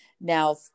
Now